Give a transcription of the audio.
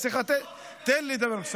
סליחה, תן לי לדבר.